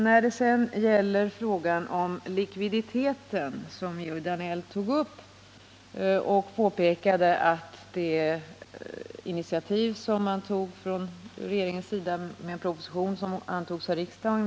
När det sedan gäller frågan om likviditeten pekade Georg Danell på det initiativ i form av en proposition beträffande Broströms och Saléninvest, som sedan antogs av riksdagen.